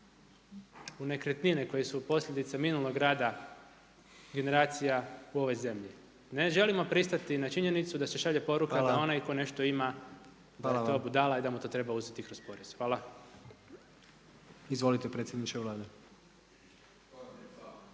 u nekretnine koje su posljedice minulog rada generacija u ovoj zemlji. Ne želimo pristati na činjenicu da se šalje poruka da onaj tko nešto ima, da je to budala i da mu to treba uzeti kroz porez. Hvala. **Jandroković, Gordan